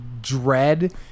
dread